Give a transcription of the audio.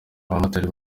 abamotari